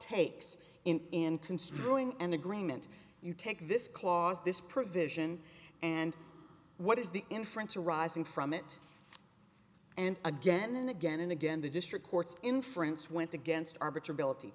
takes in construing an agreement you take this clause this provision and what is the inference arising from it and again and again and again the district courts in france went against arbiter ability